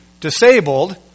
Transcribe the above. disabled